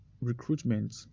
recruitment